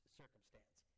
circumstance